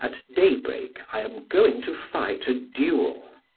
at daybreak i am going to fight a duel,